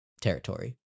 territory